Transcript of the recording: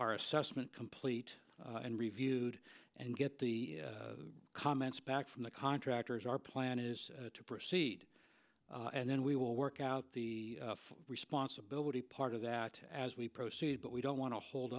our assessment complete and reviewed and get the comments back from the contractors our plan is to proceed and then we will work out the full responsibility part of that as we proceed but we don't want to hold